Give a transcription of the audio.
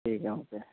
ٹھیک ہے اوکے